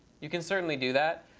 you can certainly do that.